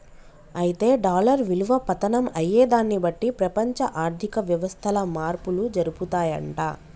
అయితే డాలర్ విలువ పతనం అయ్యేదాన్ని బట్టి ప్రపంచ ఆర్థిక వ్యవస్థలు మార్పులు జరుపుతాయంట